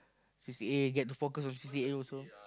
C_C_A get to focus on C_C_A also